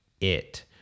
It